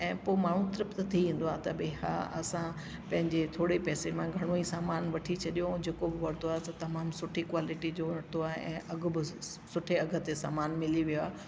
ऐं पोइ माण्हू तृप्त थी ईंदो आहे त भई हा असां पंहिंजे थोड़े पैसे मां घणो ई समान वठी छॾियों ऐं जेको बि वरितो आहे तमामु सुठी क्वालिटीम जो वरितो आहे ऐं अघ बि सुठे अघ ते समान मिली वेंदो आहे